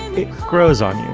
grows on